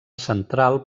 central